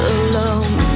alone